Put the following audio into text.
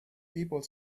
people